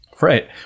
Right